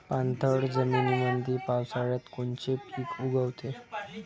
पाणथळ जमीनीमंदी पावसाळ्यात कोनचे पिक उगवते?